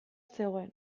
zegoen